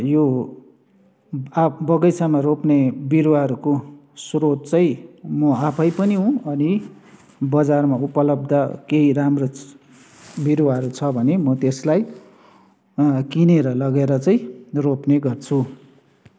यो बगैँचामा रोप्ने बिरुवाहरूको श्रोत चाहिँ म आफै पनि हुँ अनि बजारमा उपलब्ध केही राम्रो बिरुवाहरू छ भने म त्यसलाई किनेर लगेर चाहिँ रोप्ने गर्छु